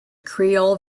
creole